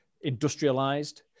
industrialized